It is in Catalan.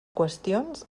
qüestions